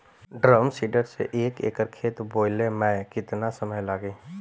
Drum seeder से एक एकड़ खेत बोयले मै कितना समय लागी?